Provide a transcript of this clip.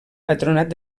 patronat